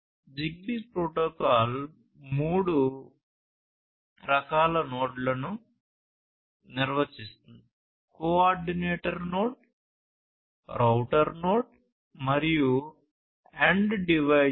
Zigbee protocol మూడు రకాల నోడ్లను నిర్వచిస్తుంది కోఆర్డినేటర్ నోడ్ రౌటర్ నోడ్ మరియు ఎండ్ డివైజెస్